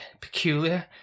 peculiar